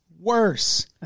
worse